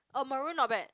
oh maroon not bad